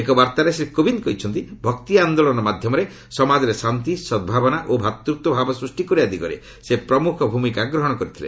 ଏକ ବାର୍ତ୍ତାରେ ଶ୍ରୀ କୋବିନ୍ଦ କହିଛନ୍ତି ଯେ ଭକ୍ତି ଆନ୍ଦୋଳନ ମାଧ୍ୟମରେ ସମାଜରେ ଶାନ୍ତି ସଦ୍ଭାବନା ଓ ଭାତୃତ୍ୱଭାବ ସୃଷ୍ଟି କରିବା ଦିଗରେ ସେ ପ୍ରମୁଖ ଭୂମିକା ଗ୍ରହଣ କରିଥିଲେ